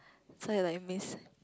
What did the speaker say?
so you like miss